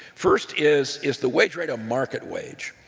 first, is is the wage rate a market wage?